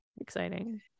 exciting